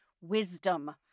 wisdom